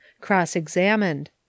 Cross-examined